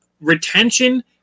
Retention